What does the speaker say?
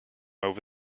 over